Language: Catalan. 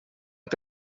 pvc